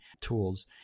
tools